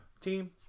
team